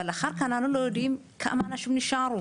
אבל אחר כך אנחנו לא יודעים כמה אנשים נשארו.